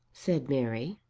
said mary.